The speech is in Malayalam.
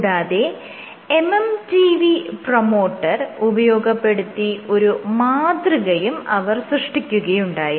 കൂടാതെ MMTV പ്രൊമോട്ടർ ഉപയോഗപ്പെടുത്തി ഒരു മാതൃകയും അവർ സൃഷ്ട്ടിക്കുകയുണ്ടായി